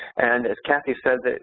and as kathy said,